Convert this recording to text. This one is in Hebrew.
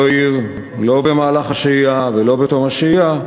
הוא לא העיר, לא במהלך השהייה ולא בתום השהייה,